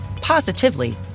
positively